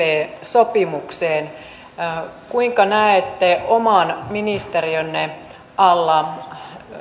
sopimukseen kuinka näette oman ministeriönne alla